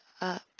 up